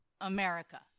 america